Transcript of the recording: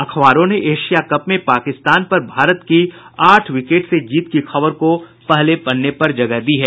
अखबारों ने Asia Cup में पाकिस्तान पर भारत की आठ विकेट से जीत की खबर को पहले पन्ने पर जगह दी है